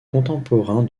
contemporain